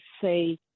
say